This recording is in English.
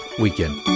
weekend